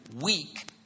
weak